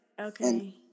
okay